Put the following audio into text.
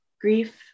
grief